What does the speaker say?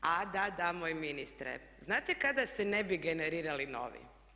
A da, da moj ministre, znate kada se ne bi generirali novi?